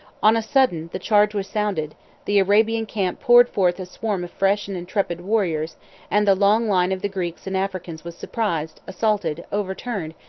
on a sudden the charge was sounded the arabian camp poured forth a swarm of fresh and intrepid warriors and the long line of the greeks and africans was surprised, assaulted, overturned,